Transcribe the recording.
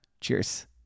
Cheers